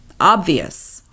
obvious